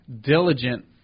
diligent